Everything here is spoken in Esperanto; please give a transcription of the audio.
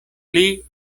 pli